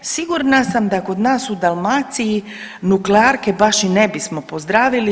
Sigurna sam da kod nas u Dalmaciji nuklearke baš i ne bismo pozdravili.